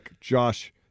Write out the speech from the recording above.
Josh